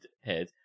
head